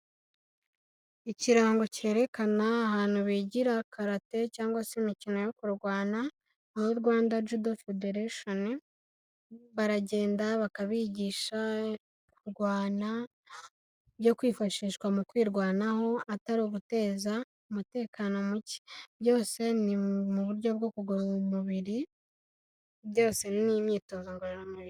Ikirango cyerekana ahantu bigira karate cyangwa se imikino yo kurwana, aho rwanda judo federesheni, baragenda bakabigisha, kurwana kwifashishwa mu kwirwanaho, atari uguteza umutekano muke, byose ni mu buryo bwo kugorora umubiri, byose n'imyitozo ngororamubiri.